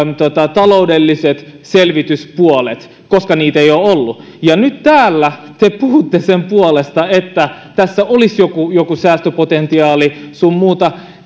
taloudelliset selvityspuolet koska niitä ei ole ollut ja nyt täällä te puhutte sen puolesta että tässä olisi joku joku säästöpotentiaali sun muuta